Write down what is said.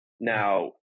Now